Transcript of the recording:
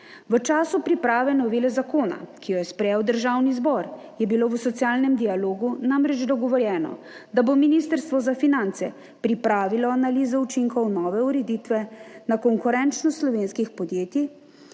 V času priprave novele zakona, ki jo je sprejel Državni zbor, je bilo v socialnem dialogu namreč dogovorjeno, da bo Ministrstvo za finance pripravilo analizo učinkov nove ureditve na konkurenčnost slovenskih podjetij